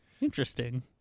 interesting